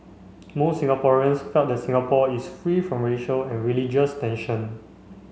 most Singaporeans felt that Singapore is free from racial and religious tension